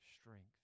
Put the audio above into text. strength